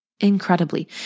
incredibly